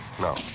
No